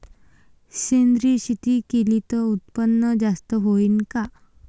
सेंद्रिय शेती केली त उत्पन्न जास्त होईन का?